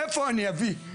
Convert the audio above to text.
מאיפה אני אביא?